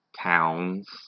towns